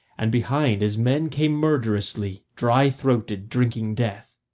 and behind, his men came murderously, dry-throated, drinking death.